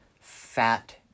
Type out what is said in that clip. fat